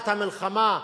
החלטת המלחמה,